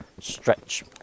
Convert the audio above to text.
stretch